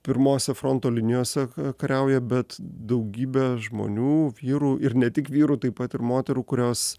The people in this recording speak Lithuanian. pirmose fronto linijose kariauja bet daugybė žmonių vyrų ir ne tik vyrų taip pat ir moterų kurios